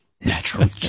Natural